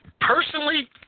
Personally